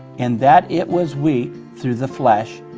in that it was weak through the flesh,